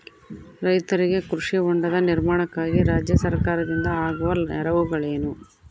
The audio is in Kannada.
ರೈತರಿಗೆ ಕೃಷಿ ಹೊಂಡದ ನಿರ್ಮಾಣಕ್ಕಾಗಿ ರಾಜ್ಯ ಸರ್ಕಾರದಿಂದ ಆಗುವ ನೆರವುಗಳೇನು?